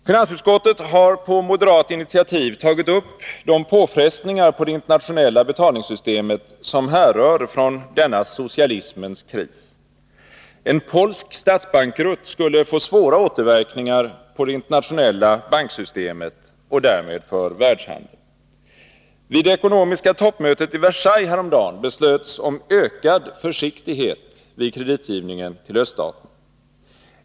Finansutskottet har på moderat initiativ tagit upp de påfrestningar på det internationella betalningssystemet som härrör från denna socialismens kris. En polsk statsbankrutt skulle få svåra återverkningar på det internationella banksystemet och därmed för världshandeln. Vid det ekonomiska toppmötet i Versailles häromdagen beslöts om ökad försiktighet vid kreditgivningen till öststaterna.